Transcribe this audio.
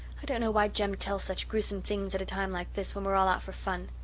i don't know why jem tells such gruesome things at a time like this when we're all out for fun.